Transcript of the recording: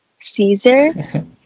Caesar